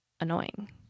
annoying